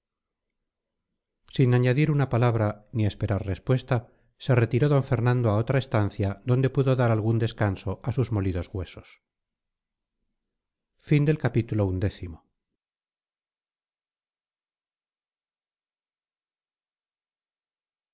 sin añadir una palabra ni esperar respuesta se retiró d fernando a otra estancia donde pudo dar algún descanso a sus molidos huesos